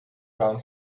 brown